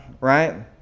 right